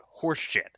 horseshit